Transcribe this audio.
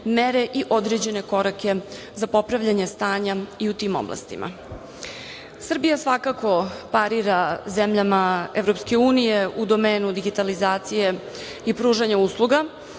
mere i određene korake za popravljanje stanja i u tim oblastima. Srbija svakako parira zemljama EU u domenu digitalizacije i prućanja usluga.